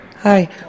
Hi